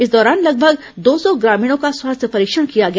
इस दौरान लगभग दो सौ ग्रामीणों का स्वास्थ्य परीक्षण किया गया